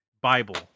Bible